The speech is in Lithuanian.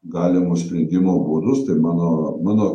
galimus sprendimo būdus tai mano mano